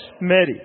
Mary